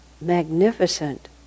magnificent